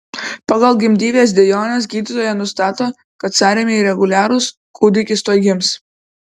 pagal gimdyvės dejones gydytoja nustato kad sąrėmiai reguliarūs kūdikis tuoj gims